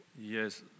Yes